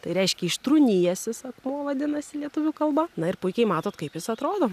tai reiškia ištrūnijęs jis akmuo vadinasi lietuvių kalba na ir puikiai matot kaip jis atrodo